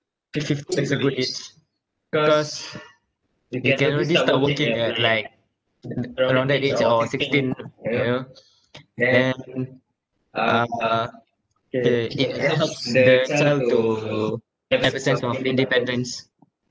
fifteen is a good age cause they can already start working at like at around that age or sixteen you know then um uh K it helps the child to have a sense of independence